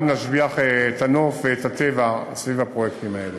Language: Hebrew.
גם נשביח את הנוף ואת הטבע סביב הפרויקטים האלה.